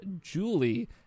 Julie